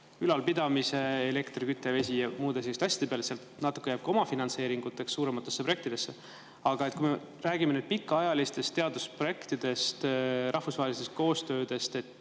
ülalpidamise, elektri, kütte, vee ja muude selliste asjade peale, natuke jääb sealt ka omafinantseeringuks suurematesse projektidesse. Aga kui me räägime nüüd pikaajalistest teadusprojektidest rahvusvahelises koostöös,